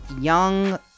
young